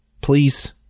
Please